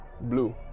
Blue